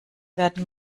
werden